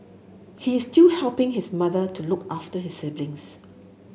he is still helping his mother to look after his siblings